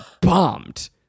bombed